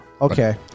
Okay